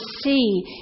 see